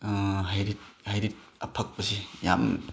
ꯍꯩꯔꯤꯠ ꯍꯩꯔꯤꯠ ꯑꯐꯛꯄꯁꯤ ꯌꯥꯝ